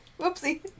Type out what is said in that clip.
Whoopsie